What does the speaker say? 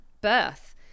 birth